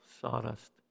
sawdust